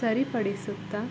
ಸರಿಪಡಿಸುತ್ತಾ